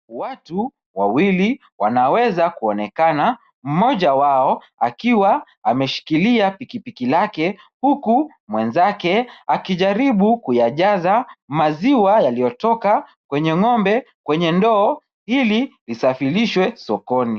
Watu wawili wanaweza kuonekana, mmoja wao akiwa ameshikilia pikipiki lake, huku mwenzake akijaribu kuyajaza maziwa yaliyotoka kwenye ng'ombe kwenye ndoo, ili isafirishwe sokoni.